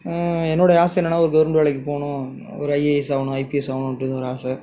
என்னோடைய ஆசை என்னென்னா ஒரு கவுர்மெண்ட் வேலைக்கு போகணும் ஒரு ஐஏஎஸ் ஆகணும் ஐபிஎஸ் ஆகணுன்றது ஒரு ஆசை